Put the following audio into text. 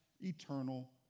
Eternal